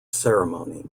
ceremony